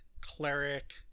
cleric